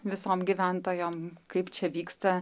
visom gyventojom kaip čia vyksta